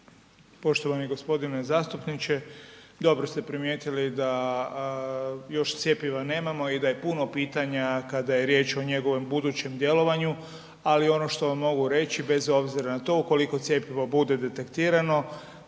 Poštovani g. zastupniče, dobro ste primijetili da još cjepiva nemamo i da je puno pitanja kada je riječ o njegovom budućem djelovanju, ali ono što vam mogu reći bez obzira na to ukoliko cjepivo bude detektirano,